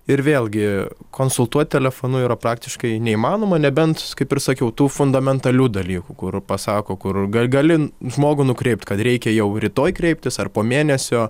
ir vėlgi konsultuot telefonu yra praktiškai neįmanoma nebent kaip ir sakiau tų fundamentalių dalykų kur pasako kur ga gali žmogų nukreipt kad reikia jau rytoj kreiptis ar po mėnesio